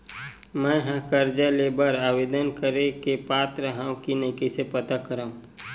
मेंहा कर्जा ले बर आवेदन करे के पात्र हव की नहीं कइसे पता करव?